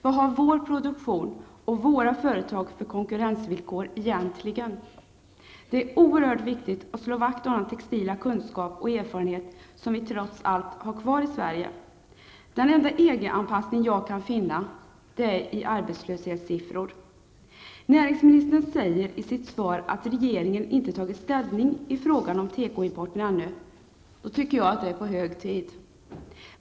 Vad har vår produktion och våra företag för konkurrensvillkor egentligen? Det är oerhört viktigt att slå vakt om den textila kunskap och erfarenhet som vi trots allt har kvar i Sverige. Den enda EG-anpassning jag kan finna är den som går att läsa i arbetslöshetssiffror. Näringsministern säger i sitt svar att regeringen inte tagit ställning i frågan om tekoimporten ännu. Då är det hög tid!